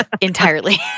entirely